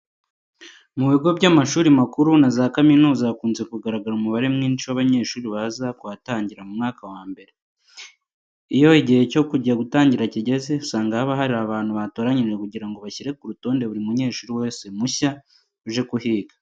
Mu bigo by'amashuri makuru na za kaminuza hakunze kugaragara umubare mwinshi w'abanyeshuri baza kuhatangira mu mwaka wa mbere. Iyo igihe cyo kujya gutangira kigeze, usanga haba hari abantu batoranyijwe kugira ngo bashyire ku rutonde buri munyeshuri wese mushya uje kuhiga.